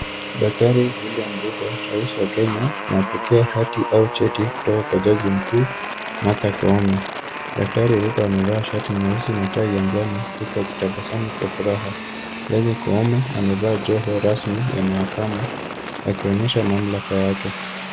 Daktari William Ruto rais wa Kenya anapokea hati au cheti kutoka kwa jaji mkuu Martha Koome, daktari William Ruto amevaa shati nyeusi na tai ya njano huku akitabasamu kwa furaha. Jaji Koome amevaa joho rasmi ya mahakama akionyesha mamalaka yake.